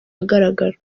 ahagaragara